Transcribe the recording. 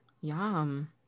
Yum